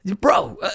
bro